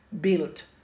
built